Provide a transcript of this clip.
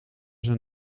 zijn